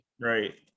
Right